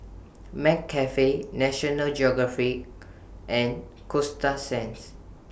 McCafe National Geographic and Coasta Sands